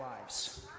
lives